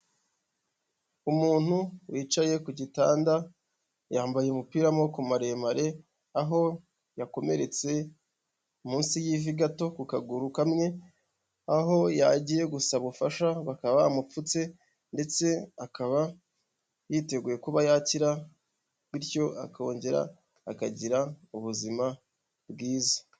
Umuntu wicaye ku gitanda yambaye umupira w'amaboko maremare, aho yakomeretse munsi y'ivi gato ku kaguru kamwe, aho yagiye gusaba ubufasha bakaba bamupfutse ndetse akaba yiteguye kuba yakira, bityo akongera akagira ubuzima bwiza.